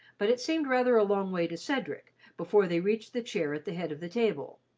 but it seemed rather a long way to cedric, before they reached the chair at the head of the table.